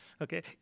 okay